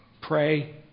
Pray